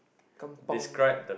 kampung